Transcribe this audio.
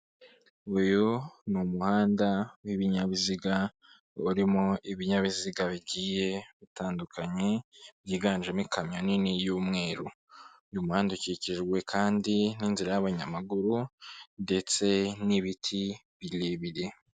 Uyu ni umuhanda w'ibinyabiziga urimo ibinyabiziga bigiye bitandukanye, byiganjemo ikamyo nini y'umweru, uyu muhanda ukikijwe kandi n'inzira y'abanyamaguru ndetse n'ibiti birebire.